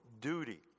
Duty